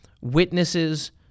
witnesses